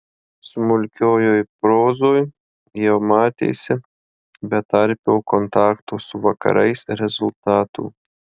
smulkiojoj prozoj jau matėsi betarpio kontakto su vakarais rezultatų